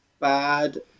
bad